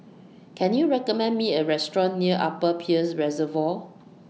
Can YOU recommend Me A Restaurant near Upper Peirce Reservoir